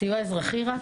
סיוע אזרחי רק,